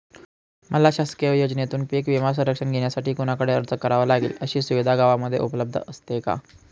मला शासकीय योजनेतून पीक विमा संरक्षण घेण्यासाठी कुणाकडे अर्ज करावा लागेल? अशी सुविधा गावामध्ये उपलब्ध असते का?